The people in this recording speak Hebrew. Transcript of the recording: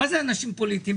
מה זה אנשים פוליטיים?